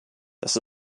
das